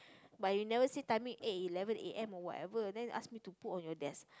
but you never say timing eh eleven A_M or whatever then ask me to put on your desk